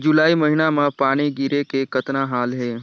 जुलाई महीना म पानी गिरे के कतना हाल हे?